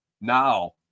now